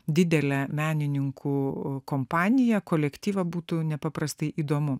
didelę menininkų kompaniją kolektyvą būtų nepaprastai įdomu